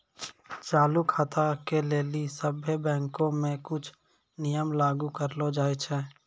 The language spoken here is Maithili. चालू खाता के लेली सभ्भे बैंको मे कुछो नियम लागू करलो जाय छै